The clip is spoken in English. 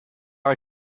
are